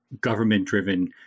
government-driven